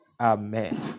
Amen